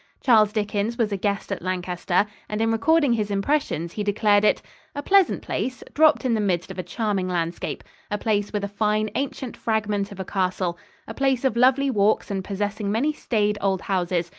charles dickens was a guest at lancaster, and in recording his impressions he declared it a pleasant place, dropped in the midst of a charming landscape a place with a fine, ancient fragment of a castle a place of lovely walks and possessing many staid old houses,